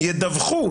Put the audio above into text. ידווחו